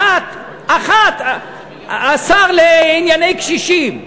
אחת, אחת השר לענייני קשישים,